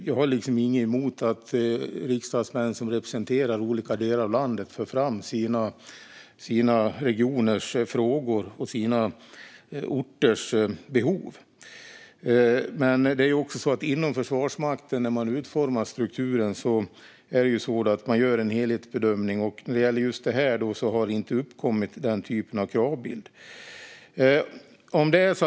Jag har inget emot att riksdagsmän som representerar olika delar av landet för fram sina regioners frågor och sina orters behov. Men när man inom Försvarsmakten utformar strukturen gör man en helhetsbedömning, och när det gäller just detta har den typen av kravbild inte uppkommit.